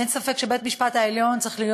אין ספק שבית-המשפט העליון צריך,